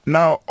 Now